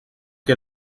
que